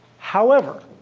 however,